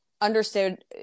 Understood